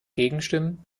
gegenstimmen